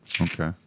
Okay